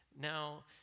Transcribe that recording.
Now